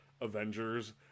Avengers